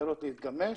אפשרות להתגמש.